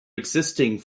existing